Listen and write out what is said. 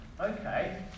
Okay